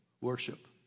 worship